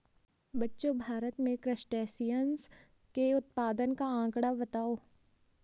बच्चों भारत में क्रस्टेशियंस के उत्पादन का आंकड़ा बताओ?